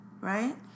right